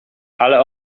ale